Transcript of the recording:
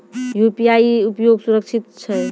UPI उपयोग सुरक्षित छै?